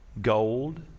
gold